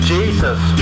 Jesus